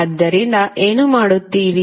ಆದ್ದರಿಂದ ಏನು ಮಾಡುತ್ತೀರಿ